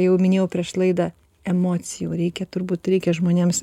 jau minėjau prieš laidą emocijų reikia turbūt reikia žmonėms